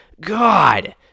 God